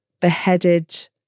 beheaded